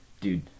Dude